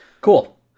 Cool